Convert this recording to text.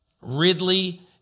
Ridley